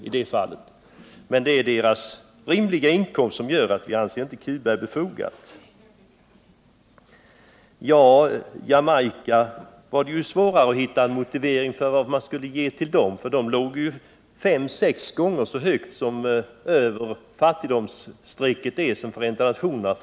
I fråga om Jamaica hade Gertrud Sigurdsen svårare att hitta en motivering för att ge bistånd, eftersom landet ligger fem å sex gånger över det fattigdomsstreck som dragits av Förenta Nationerna.